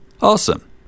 Awesome